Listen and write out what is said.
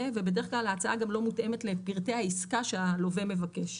ובדרך כלל ההצעה גם לא מותאמת לפרטי העיסקה שהלווה מבקש.